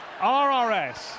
RRS